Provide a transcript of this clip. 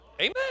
Amen